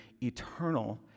eternal